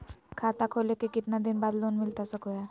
खाता खोले के कितना दिन बाद लोन मिलता सको है?